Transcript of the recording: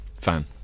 fan